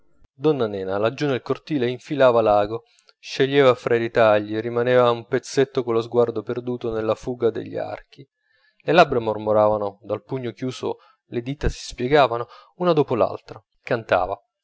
donna nena laggiù nel cortile infilava l'ago sceglieva tra i ritagli rimaneva un pezzetto con lo sguardo perduto nella fuga degli archi le labbra mormoravano dal pugno chiuso le dita si spiegavano una dopo l'altra cantava